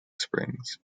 springs